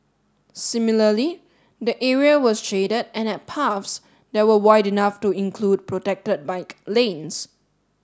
similarly the area was shaded and had paths that were wide enough to include protected bike lanes